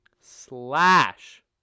slash